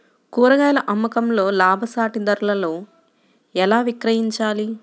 కూరగాయాల అమ్మకంలో లాభసాటి ధరలలో ఎలా విక్రయించాలి?